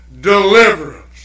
deliverance